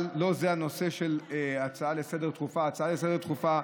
אבל זה לא הנושא של ההצעה הדחופה לסדר-היום.